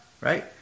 right